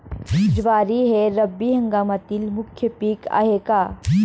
ज्वारी हे रब्बी हंगामातील मुख्य पीक आहे का?